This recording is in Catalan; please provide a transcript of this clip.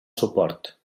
suport